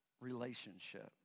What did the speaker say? relationship